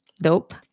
dope